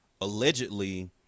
allegedly